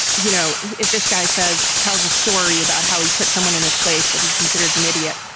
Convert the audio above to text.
you know, if this guy says tells a story about how he put someone in his place that he considers an idiot,